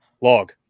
log